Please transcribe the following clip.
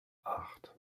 acht